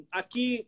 aqui